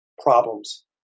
problems